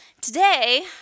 today